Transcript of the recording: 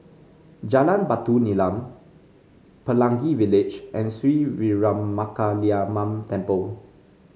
Jalan Batu Nilam Pelangi Village and Sri Veeramakaliamman Temple